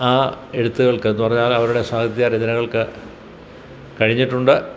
ആ എഴുത്തുകൾക്ക് എന്ന് പറഞ്ഞാൽ അവരുടെ സാഹിത്യ രചനകൾക്ക് കഴിഞ്ഞിട്ടുണ്ട്